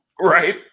right